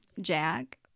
Jack